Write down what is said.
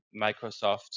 Microsoft